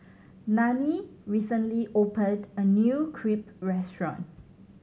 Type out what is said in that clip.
Nanie recently opened a new Crepe restaurant